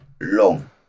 long